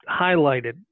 highlighted